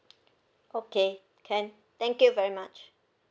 okay can thank you very much